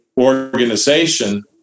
organization